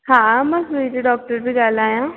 हा मां प्रीति डॉक्टर थी ॻाल्हायां